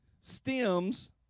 stems